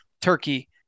turkey